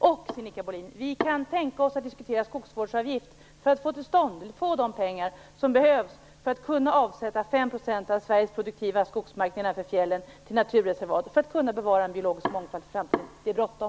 Och, Sinikka Bohlin, vi kan tänka oss att diskutera en skogsvårdsavgift för att få de pengar som behövs för att kunna avsätta 5 % av Sveriges produktiva skogsmark nedanför fjällen till naturreservat i syfte att bevara en biologisk mångfald för framtiden. Det är bråttom.